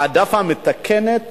העדפה מתקנת